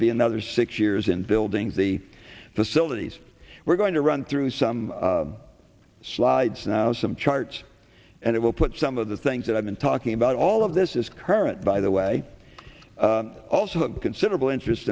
to be another six years in building the facilities we're going to run through some slides now some charts and it will put some of the things that i've been talking about all of this is current by the way also a considerable interest